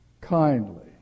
kindly